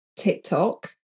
TikTok